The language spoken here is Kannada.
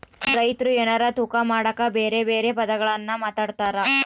ರೈತ್ರು ಎನಾರ ತೂಕ ಮಾಡಕ ಬೆರೆ ಬೆರೆ ಪದಗುಳ್ನ ಮಾತಾಡ್ತಾರಾ